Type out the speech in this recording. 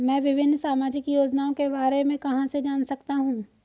मैं विभिन्न सामाजिक योजनाओं के बारे में कहां से जान सकता हूं?